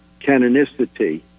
canonicity